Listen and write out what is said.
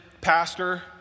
pastor